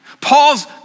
Paul's